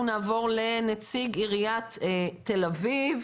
אנחנו נעבור לנציג עירית תל אביב.